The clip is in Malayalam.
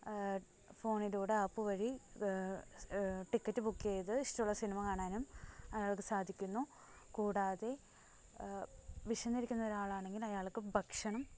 ഫോണിലൂടെ ആപ്പ് വഴി ടിക്കറ്റ് ബുക്ക് ചെയ്ത് ഇഷ്ടമുള്ള സിനിമ കാണാനും അയാൾക്കു സാധിക്കുന്നു കൂടാതെ വിശന്നിരിക്കുന്ന ഒരാളാണെങ്കിലയാൾക്ക് ഭക്ഷണം